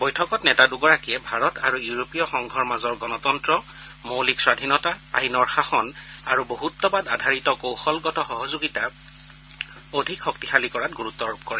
বৈঠকত নেতা দুগৰাকীয়ে ভাৰত আৰু ইউৰোপীয় সংঘৰ মাজৰ গণতন্ত্ৰ মৌলিক স্বধীনতা আইনৰ শাসন আৰু বহুত্বাদ আধাৰিত কৌশলগত সহযোগিতা অধিক শক্তিশালী কৰাত গুৰুত্ব আৰোপ কৰে